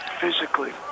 physically